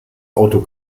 auto